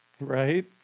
Right